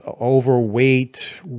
overweight